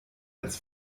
als